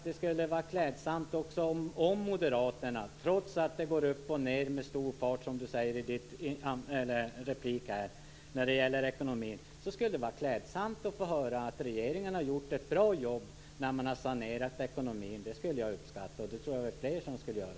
Det skulle vara klädsamt om Moderaterna - trots att det med hög fart går upp och ned i ekonomin - kunde säga att regeringen har gjort ett bra jobb med saneringen av ekonomin. Det skulle jag och flera andra uppskatta.